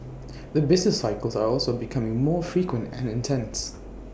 the business cycles are also becoming more frequent and intense